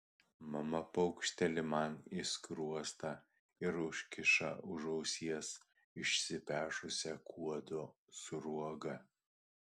mama pakšteli man į skruostą ir užkiša už ausies išsipešusią kuodo sruogą